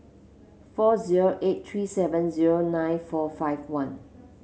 four zero eight three seven zero nine four five one